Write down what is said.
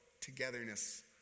togetherness